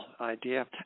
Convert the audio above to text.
idea